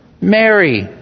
Mary